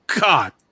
God